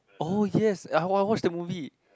oh yes I want I want watch the movie